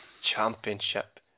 championship